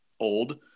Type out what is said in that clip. old